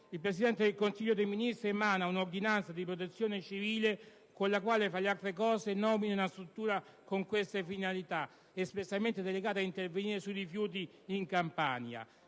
il Presidente del Consiglio dei ministri emana un'ordinanza di protezione civile con la quale, fra le altre cose, nomina una struttura con queste finalità espressamente delegata ad intervenire sui rifiuti in Campania;